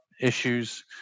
issues